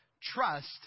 trust